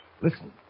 Listen